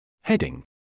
Heading